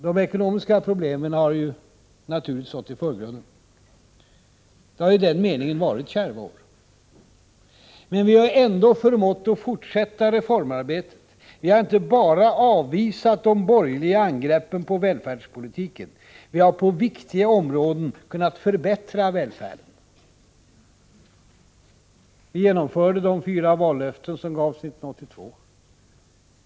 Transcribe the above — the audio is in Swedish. De ekonomiska problemen har naturligtvis stått i förgrunden. Det har i den meningen varit kärva år. Men vi har ändå förmått att fortsätta reformarbetet. Vi har inte bara avvisat de borgerliga angreppen på välfärdspolitiken, vi har på viktiga områden kunnat förbättra välfärden. Vi genomförde de fyra vallöftena som gavs 1982.